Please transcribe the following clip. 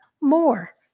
more